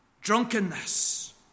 drunkenness